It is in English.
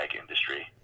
industry